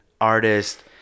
artist